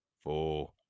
four